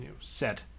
set